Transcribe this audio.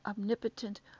omnipotent